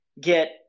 get